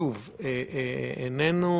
איננו